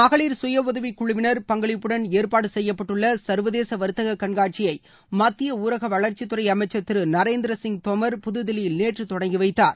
மகளிர் கய உதவிக்குழுவினர் பங்களிப்புடன் ஏற்பாடு செய்யப்பட்டுள்ள சர்வதேச வர்த்தக கண்காட்சியை மத்திய ஊரக வளர்ச்சித்துறை அமைச்சர் திரு நரேந்திரசிங் தோமர் புதுதில்லியில் நேற்று தொடங்கி வைத்தார்